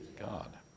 God